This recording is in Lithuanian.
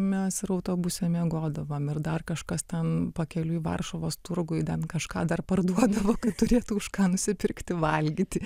mes ir autobuse miegodavom ir dar kažkas ten pakeliui varšuvos turguj ten kažką dar parduodavo kad turėtų už ką nusipirkti valgyti